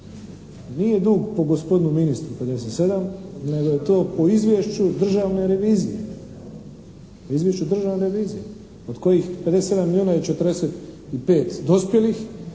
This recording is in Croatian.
Nije dug po gospodinu ministru 57 nego je to po izvješću Državne revizije. Po izvješću Državne revizije od kojih 57 milijuna je 45 dospjelih